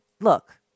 Look